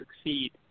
succeed